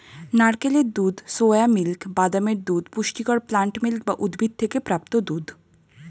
নারকেলের দুধ, soya milk, বাদামের দুধ পুষ্টিকর প্লান্ট মিল্ক বা উদ্ভিদ থেকে প্রাপ্ত দুধ